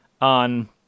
on